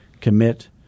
Commit